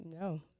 no